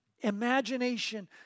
imagination